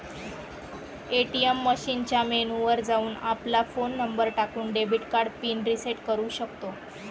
ATM मशीनच्या menu वर जाऊन, आपला फोन नंबर टाकून, डेबिट कार्ड पिन रिसेट करू शकतो